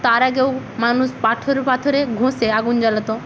তার আগেও মানুষ পাথর পাথরে ঘষে আগুন জ্বালাত